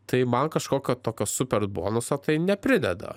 tai man kažkokio tokio super bonuso tai neprideda